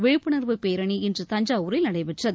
விழிப்புணர்வு பேரணி இன்று தஞ்சாவூரில் நடைபெற்றது